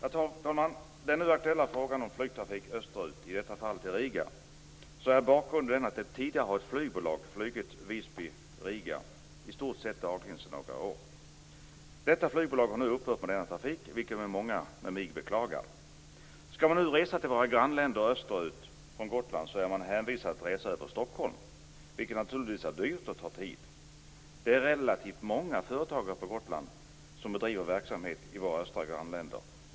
I den nu aktuella frågan om flygtrafik österut, i detta fall till Riga, är bakgrunden att ett flygbolag ett antal år i stort sett dagligen har flugit på sträckan Skall man nu resa till våra grannländer österut från Gotland är man hänvisad till att resa över Stockholm, vilket naturligtvis är dyrt och tar tid. Det är relativt många företagare på Gotland som bedriver verksamhet i våra östra grannländer.